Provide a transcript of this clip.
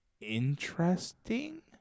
Interesting